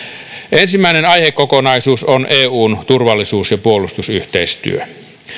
ensimmäinen aihekokonaisuus on eun turvallisuus ja puolustusyhteistyö